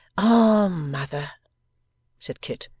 ah, mother said kit,